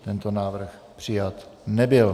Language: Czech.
Tento návrh přijat nebyl.